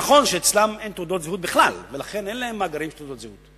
נכון שאצלם אין תעודות זהות בכלל ולכן אין להם מאגרים של תעודות זהות.